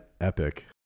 epic